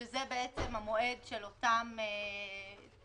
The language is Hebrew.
שזה המועד של סוף 100 הימים.